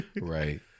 Right